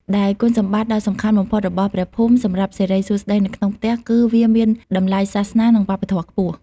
ដែលគុណសម្បត្តិដ៏សំខាន់បំផុតរបស់ព្រះភូមិសម្រាប់សិរីសួស្តីនៅក្នុងផ្ទះគឺវាមានតម្លៃសាសនា និងវប្បធម៌ខ្ពស់។